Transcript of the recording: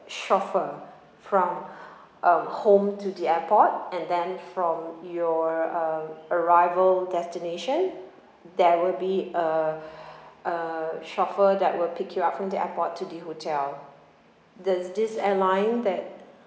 chauffeur from uh home to the airport and then from your um arrival destination there will be a a chauffeur that will pick you up from the airport to the hotel does this airline that